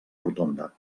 rotonda